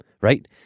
Right